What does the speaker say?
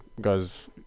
Guys